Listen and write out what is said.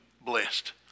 blessed